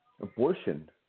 Abortion